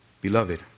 Beloved